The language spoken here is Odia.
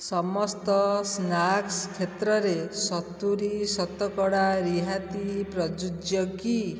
ସମସ୍ତ ସ୍ନାକ୍ସ କ୍ଷେତ୍ରରେ ସତୁରି ଶତକଡ଼ା ରିହାତି ପ୍ରଯୁଜ୍ୟ କି